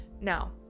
now